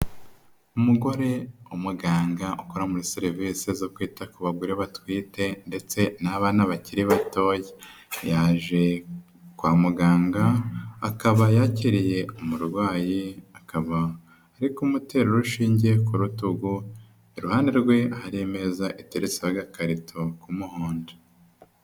Umugore umuganga ukora muri serivisi zo kwita ku bagore batwite ndetse n'abana bakiri batoya. Yaje kwa muganga, akaba yakiye umurwayi, akaba ariko kumutera urushinge ku rutugu, iruhande rwe hari imeza iteretseho agakarito k'umuhondo.